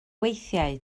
weithiau